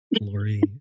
Lori